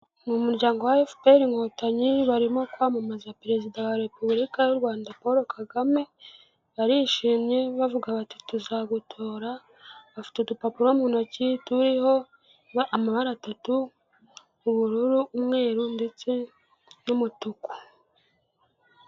Ni umuryango wa FPR Inkotanyi barimo kwamamaza perezida wa repubulika y'u Rwanda Paul Kagame, barishimye bavuga bati: "Tuzagutora." Bafite udupapuro mu ntoki turiho amabara atatu: ubururu, umweru ndetse n'umutuku.